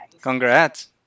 Congrats